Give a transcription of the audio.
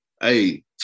Hey